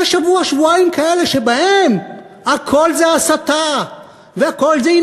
יש שבוע-שבועיים כאלה שבהם הכול זה הסתה והכול זה,